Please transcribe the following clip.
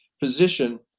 position